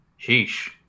Sheesh